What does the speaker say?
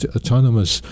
Autonomous